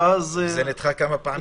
זה נדחה כמה פעמים.